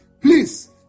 Please